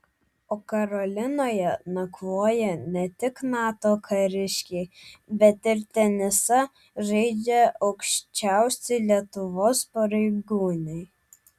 o karolinoje nakvoja ne tik nato kariškiai bet ir tenisą žaidžia aukščiausi lietuvos pareigūnai